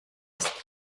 ist